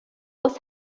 was